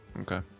Okay